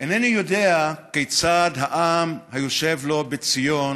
אינני יודע כיצד העם היושב לו בציון,